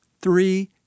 three